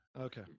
Okay